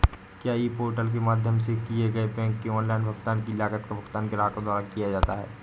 क्या e portal के माध्यम से किए गए बैंक के ऑनलाइन भुगतान की लागत का भुगतान ग्राहकों द्वारा किया जाता है?